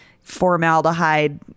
formaldehyde